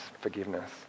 forgiveness